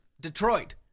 Detroit